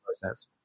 process